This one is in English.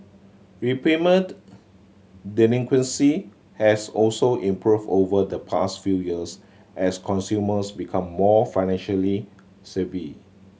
repayment delinquency has also improved over the past few years as consumers become more financially savvy